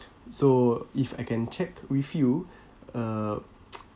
so if I can check with you uh